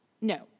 No